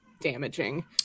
Damaging